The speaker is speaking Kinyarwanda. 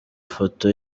ifoto